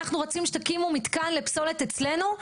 אנחנו רוצים שתקימו מתקן לפסולת אצלנו.